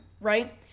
right